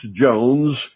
jones